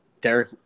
Derek